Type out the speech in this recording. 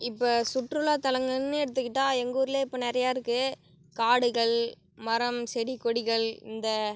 இப்போ சுற்றுலா தலங்கள்னு எடுத்துக்கிட்டால் எங்கள் ஊரில் இப்போ நிறையருக்கு காடுகள் மரம் செடி கொடிகள் இந்த